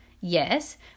Yes